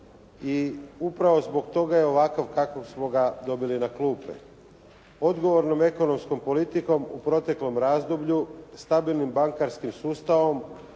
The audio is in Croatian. i upravo zbog toga je ovakav kakvog smo ga dobili na klupe. Odgovornom ekonomskom politikom u proteklom razdoblju stabilnim bankarskim sustavom,